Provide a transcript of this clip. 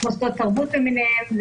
מוסדות תרבות למיניהם.